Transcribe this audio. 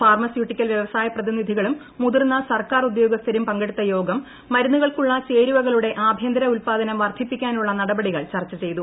pharmaceutical വ്യവസായ പ്രതിനിധികളും മുതിർന്ന സർക്കാർ ഉദ്യോഗസ്ഥരും പങ്കെടുത്ത യോഗം മരുന്നുകൾക്കുള്ള ചേരുവകളുടെ ആഭ്യന്തര ഉൽപ്പാദനം വർദ്ധിപ്പിക്കാനുള്ള നടപടികൾ ചർച്ച ചെയ്തു